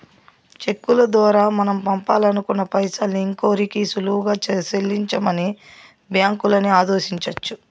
చెక్కుల దోరా మనం పంపాలనుకున్న పైసల్ని ఇంకోరికి సులువుగా సెల్లించమని బ్యాంకులని ఆదేశించొచ్చు